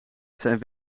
zijn